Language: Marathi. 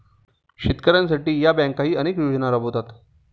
शेतकऱ्यांसाठी या बँकाही अनेक योजना राबवतात